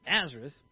Nazareth